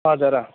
हजुर अँ